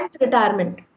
retirement